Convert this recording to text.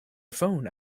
phone